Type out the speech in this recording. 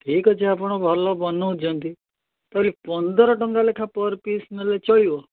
ଠିକ୍ ଅଛି ଆପଣ ଭଲ ବନଉଛନ୍ତି ତା ବୋଲି ପନ୍ଦର ଟଙ୍କା ଲେଖା ପର ପିସ୍ ନେଲେ ଚଳିବ